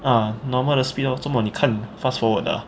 uh normal 的 speed lor 怎么你看 fast forward 的 ah